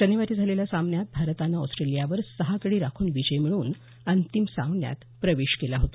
शनिवारी झालेल्या सामन्यात भारताने ऑस्ट्रेलियावर सहा गडी राखून विजय मिळवून अंतिम सामन्यात प्रवेश केला होता